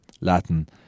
Latin